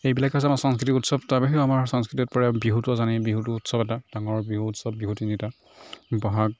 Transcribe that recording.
এইবিলাক আছে আমাৰ সাংস্কৃতিক উৎসৱ তাৰ বাহিৰেও আমাৰ সংস্কৃতিত পৰে বিহুটো জানেই বিহুটো উৎসৱ এটা ডাঙৰ বিহু উৎসৱ বিহু তিনিটা বহাগ